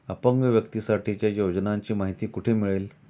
अपंग व्यक्तीसाठीच्या योजनांची माहिती कुठे मिळेल?